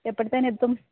എപ്പോഴത്തേനെത്തും